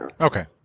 Okay